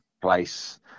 place